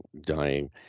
dying